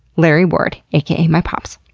larry ward, a k a. my pops.